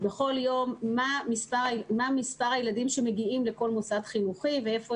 בכל יום מה מספר הילדים שמגיעים לכל מוסד חינוכי ואיפה